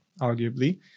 arguably